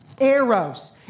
Arrows